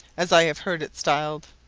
as i have heard it styled.